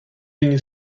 une